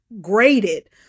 graded